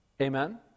Amen